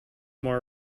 more